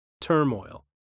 turmoil